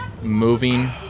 moving